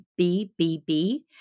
BBB